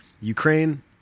ukraine